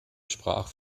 sprach